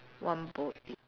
one bowl